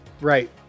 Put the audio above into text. Right